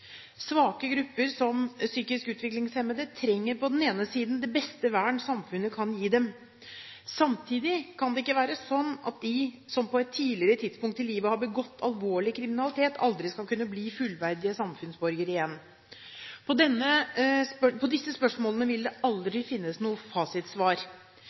Svake grupper, som psykisk utviklingshemmede, trenger på den ene siden det beste vern samfunnet kan gi dem. Samtidig kan det ikke være sånn at de som på et tidligere tidspunkt i livet har begått alvorlig kriminalitet, aldri skal kunne bli fullverdige samfunnsborgere igjen. På disse spørsmålene vil det